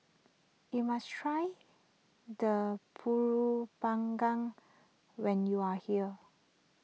you must try the Pulut Panggang when you are here